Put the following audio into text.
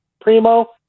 Primo